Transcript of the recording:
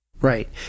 Right